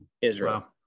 israel